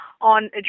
on